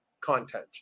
content